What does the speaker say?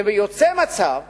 יוצא מצב שהמימון,